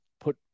put